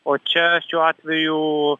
o čia šiuo atveju